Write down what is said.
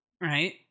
Right